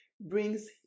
brings